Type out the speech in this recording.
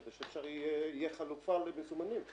כדי שתהיה חלופה למזומנים.